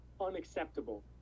Unacceptable